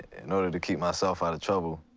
in order to keep myself out of trouble,